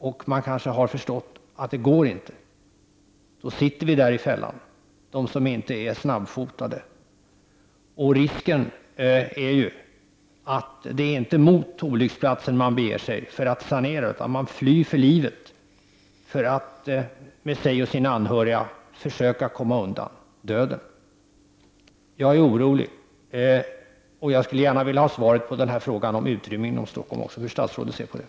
Man har kanske förstått att en sådan utrymning inte går att genomföra. Då sitter de som inte är så snabbfotade i fällan. Risken är ju att det inte är mot olycksplatsen man beger sig för att sanera, utan att man flyr för livet tillsammans med sina anhöriga för att försöka komma undan döden. Jag är orolig, och jag skulle gärna vilja ha svar från statsrådet på hur han ser på detta med utrymningen av Stockholm.